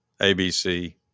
ABC